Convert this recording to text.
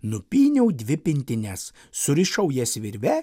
nupyniau dvi pintines surišau jas virve